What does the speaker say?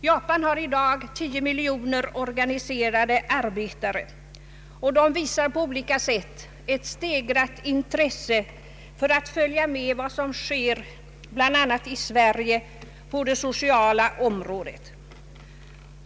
Japan har i dag 10 miljoner organiserade arbetare, och man visar i Japan på olika sätt ett stegrat intresse för att följa med vad som sker bl.a. i Sverige på det sociala området.